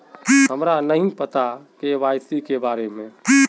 हमरा नहीं पता के.वाई.सी के बारे में?